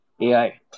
AI